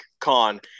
con